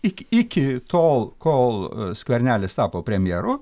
iki iki tol kol skvernelis tapo premjeru